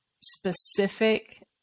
specific